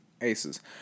Aces